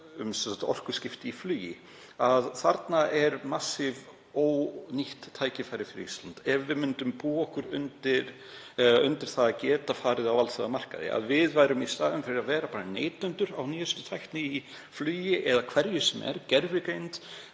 orkuskipti í flugi. Þarna er massíft ónýtt tækifæri fyrir Ísland ef við myndum búa okkur undir það að geta farið á alþjóðamarkaði. Í staðinn fyrir að vera bara neytendur nýjustu tækni í flugi, eða hverju sem er, gervigreind,